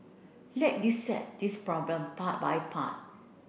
let dissect this problem part by part